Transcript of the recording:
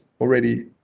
already